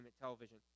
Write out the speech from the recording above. Television